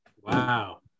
Wow